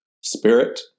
spirit